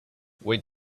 wait